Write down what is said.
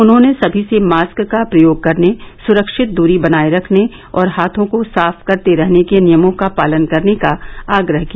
उन्होंने सभी से मास्क का प्रयोग करने सुरक्षित दूरी बनाये रखने और हाथों को साफ करते रहने के नियमों का पालन करने का आग्रह किया